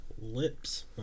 Lips